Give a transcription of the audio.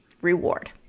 reward